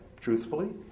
truthfully